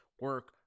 Work